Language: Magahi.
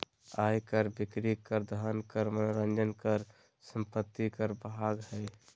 आय कर, बिक्री कर, धन कर, मनोरंजन कर, संपत्ति कर भाग हइ